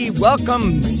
Welcome